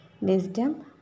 wisdom